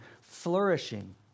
flourishing